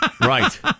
Right